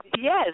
Yes